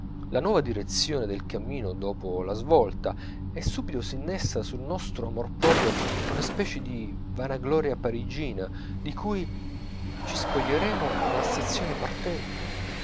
la nuova direzione del cammino dopo la svolta e subito s'innesta sul nostro amor proprio una specie di vanagloria parigina di cui ci spoglieremo alla stazione partendo